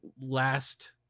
last